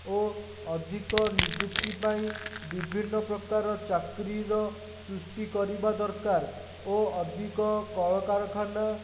ଓ ଅଧିକ ନିଯୁକ୍ତି ପାଇଁ ବିଭିନ୍ନପ୍ରକାର ଚାକିରିର ସୃଷ୍ଟି କରିବା ଦରକାର ଓ ଅଧିକ କଳକାରଖାନା